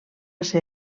ser